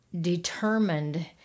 determined